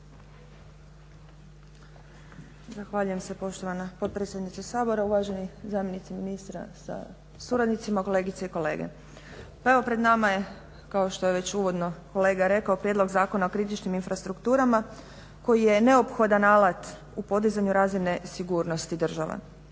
Zahvaljujem se poštovana potpredsjednice Sabora, uvaženi zamjenici ministra sa suradnicima, kolegice i kolege. Pa evo pred nama je kao što je već uvodno kolega rekao Prijedlog zakona o kritičnim infrastrukturama koji je neophodan alat u podizanju razine sigurnosti države.